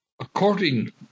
According